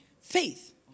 Faith